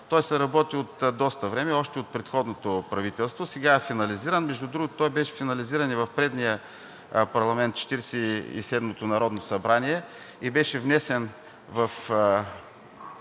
се работи от доста време, още от предходното правителство, а сега е финализиран. Между другото, той беше финализиран и в предния парламент – Четиридесет и седмото народно събрание, и беше внесен в